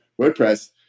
WordPress